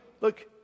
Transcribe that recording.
Look